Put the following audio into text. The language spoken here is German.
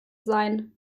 sein